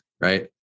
right